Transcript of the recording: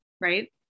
Right